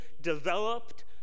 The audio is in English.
developed